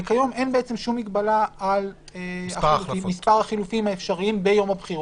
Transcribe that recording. וכיום אין שום מגבלה על מספר החילופים האפשריים ביום הבחירות.